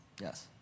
Yes